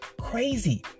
crazy